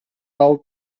алып